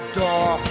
door